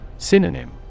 Synonym